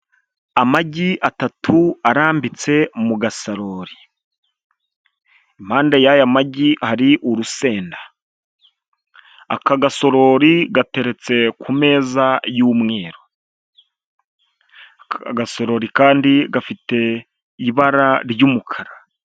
Amagi atatu arambitse mu gasarori, impande y'aya magi hari urusenda, aka gateretse kumeza y'umweru, aka gasorori kandi gafite ibara ry'umukara.